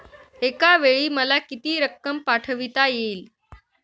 एकावेळी मला किती रक्कम पाठविता येईल?